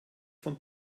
von